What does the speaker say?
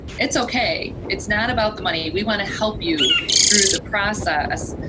it's okay. it's not about the money. we wanna help you through the process,